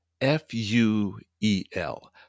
F-U-E-L